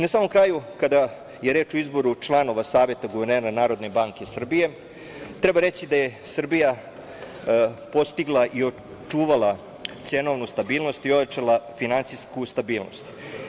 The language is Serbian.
Na samom kraju kada je reč o izboru članova Saveta guvernera NBS treba reći da je Srbija postigla i očuvala cenovnu stabilnost i ojačala finansijsku stabilnost.